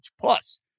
Plus